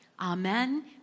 amen